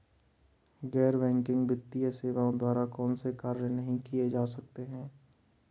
गैर बैंकिंग वित्तीय सेवाओं द्वारा कौनसे कार्य नहीं किए जा सकते हैं?